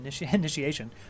initiation